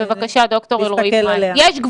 למרות